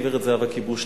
גברת זהבה כיבוש,